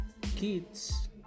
kids